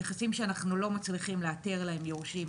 נכסים שאנחנו לא מצליחים לאתר להם יורשים,